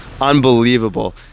unbelievable